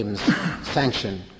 sanction